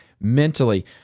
mentally